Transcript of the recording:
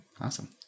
Awesome